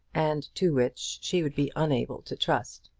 and to which she would be unable to trust.